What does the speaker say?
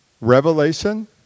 Revelation